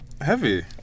Heavy